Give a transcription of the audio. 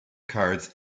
cards